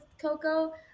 Coco